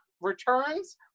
returns